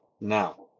Now